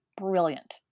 Brilliant